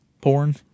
Porn